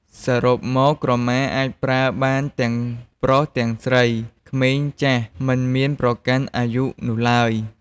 សរុបមក ក្រមាអាចប្រើបានទាំងប្រុសទាំងស្រី ក្មេង ចាស់ មិនមានប្រកាន់អាយុនោះឡើយ។